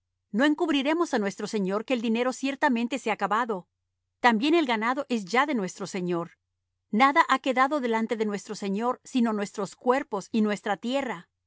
no encubriremos á nuestro señor que el dinero ciertamente se ha acabado también el ganado es ya de nuestro señor nada ha quedado delante de nuestro señor sino nuestros cuerpos y nuestra tierra